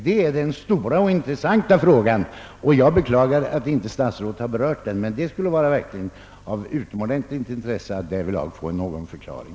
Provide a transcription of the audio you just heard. Jag beklagar att herr statsrådet inte har berört denna stora intressanta fråga. Det skulle vara av utomordentligt intresse att därvidlag få en förklaring.